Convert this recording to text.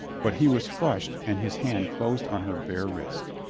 but he was flushed and his hand closed on her bare wrist.